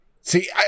See